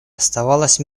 оставалась